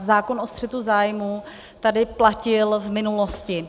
Zákon o střetu zájmů tady platil v minulosti.